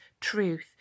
truth